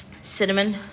Cinnamon